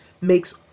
makes